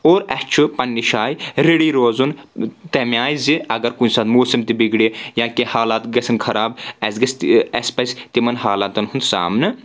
اور اَسہِ چھُ پَننہِ جاے ریڈی روزُن تمہِ آیہِ زِ اگر کُنہِ ساتہٕ موسِم تہِ بِگڑِ یا کینٛہہ حالت گژھن خراب اَسہِ گژھِ تہِ اَسہِ پزِ تِمن حالاتن ہُند سامنہٕ